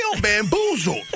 bamboozled